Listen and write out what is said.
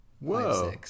Whoa